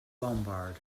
lombard